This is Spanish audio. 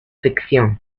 ficción